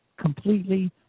completely